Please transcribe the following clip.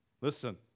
listen